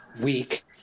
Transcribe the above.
week